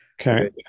okay